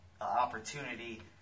opportunity